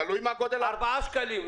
אפילו 4 שקלים.